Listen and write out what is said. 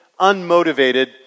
unmotivated